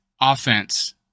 offense